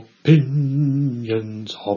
opinions